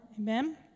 Amen